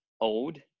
old